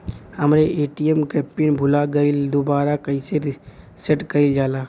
हमरे ए.टी.एम क पिन भूला गईलह दुबारा कईसे सेट कइलजाला?